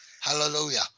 Hallelujah